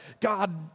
God